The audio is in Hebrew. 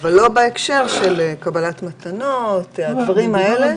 אבל לא בהקשר של קבלת מתנות ודברים כאלה.